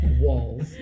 Walls